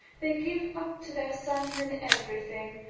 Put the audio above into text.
they give up to their sons in everything.